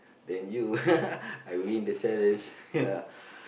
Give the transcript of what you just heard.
then you I win the challenge